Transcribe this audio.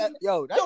Yo